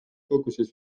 koguses